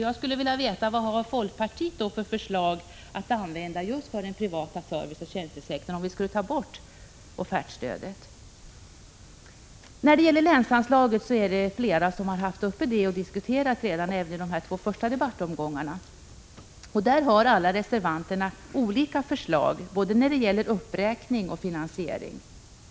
Jag skulle vilja veta vad folkpartiet har att föreslå för den privata serviceoch tjänstesektorn om vi skulle ta bort offertstödet. Länsanslaget har diskuterats av flera talare i de två första debattomgångarna. Reservanterna har olika förslag när det gäller både uppräkning och finansiering.